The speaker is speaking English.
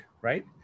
right